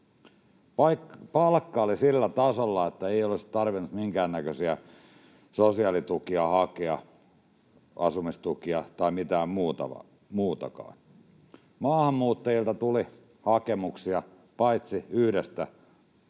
Palkka oli sillä tasolla, että ei olisi tarvinnut minkäännäköisiä sosiaalitukia hakea, asumistukia tai mitään muutakaan. Maahanmuuttajilta tuli hakemuksia, paitsi yhdestä maanosasta